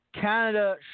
Canada